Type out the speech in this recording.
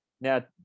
now